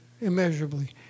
immeasurably